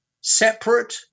separate